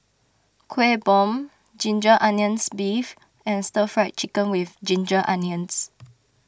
Kueh Bom Ginger Onions Beef and Stir Fried Chicken with Ginger Onions